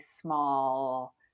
small